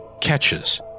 catches